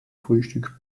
frühstück